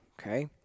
okay